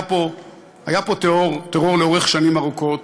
היה פה טרור שנים ארוכות